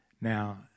Now